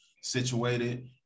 situated